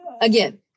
again